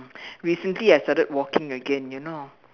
recently I started walking again you know